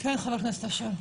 כן, חבר הכנסת, אשר.